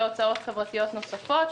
והוצאות חברתיות נוספות,